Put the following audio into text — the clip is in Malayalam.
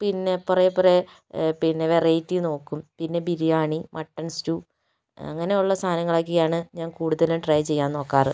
പിന്നെ കുറെ കുറെ പിന്നെ വെറൈറ്റി നോക്കും പിന്നെ ബിരിയാണി മട്ടൻ സ്റ്റൂ അങ്ങനെ ഉള്ള സാധനങ്ങളൊക്കെയാണ് ഞാൻ കൂടുതലും ട്രൈ ചെയ്യാൻ നോക്കാറ്